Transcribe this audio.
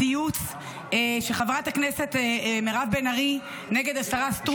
ציוץ של חברת הכנסת מירב בן ארי נגד השרה סטרוק.